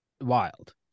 wild